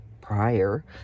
prior